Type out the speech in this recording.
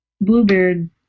Bluebeard